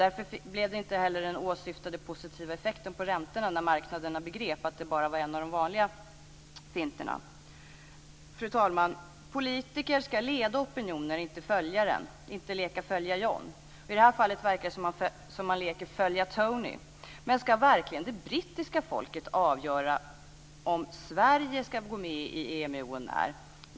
Därför blev det inte heller den åsyftade positiva effekten på räntorna när marknaden begrep att det bara var en av de vanliga finterna. Fru talman! Politiker ska leda opinionen och inte följa den, inte leka följa John. I det här fallet verkar det som att man leker följa Tony. Men ska verkligen det brittiska folket avgöra om och när Sverige ska gå med i EMU?